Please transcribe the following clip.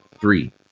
Three